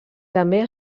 també